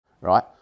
right